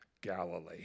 Galilee